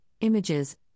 images